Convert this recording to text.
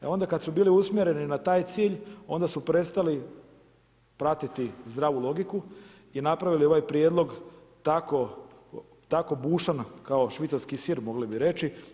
E onda kada su bili usmjereni na taj cilj, onda su prestali pratiti zdravu logiku i napravili ovaj prijedlog tako bušan kao švicarski sir mogli bi reći.